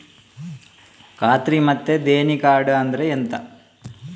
ಖಾತ್ರಿ ಮತ್ತೆ ದೇಣಿ ಕಾರ್ಡ್ ಅಂದ್ರೆ ಎಂತ?